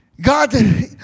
God